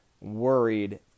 worried